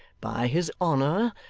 by his honour,